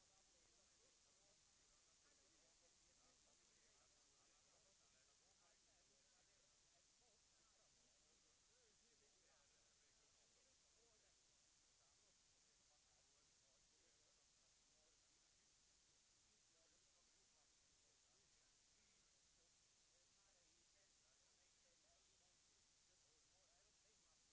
Jag ber att få yrka avslag på proposition 179 i vad avser förslaget om lördagsstängning och bifall till reservationen till skatteutskottets betänkande.